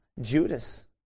Judas